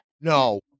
No